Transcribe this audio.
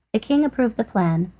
king approved the plan,